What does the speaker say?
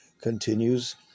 continues